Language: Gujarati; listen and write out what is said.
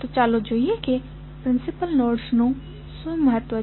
તો ચાલો જોઈએ કે પ્રિન્સિપલ નોડ્સનું શું મહત્વ છે